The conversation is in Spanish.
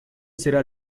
será